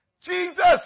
Jesus